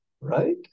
right